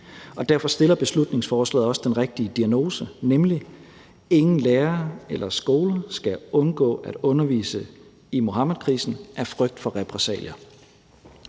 Derfor stiller beslutningsforslaget også den rigtige diagnose, nemlig: Ingen lærere eller skoler skal undgå at undervise i Muhammedkrisen af frygt for repressalier.